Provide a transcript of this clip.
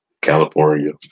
California